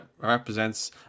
represents